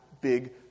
big